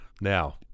now